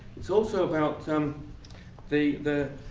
it's also about um the the